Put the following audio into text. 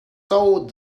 sole